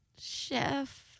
chef